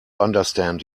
understand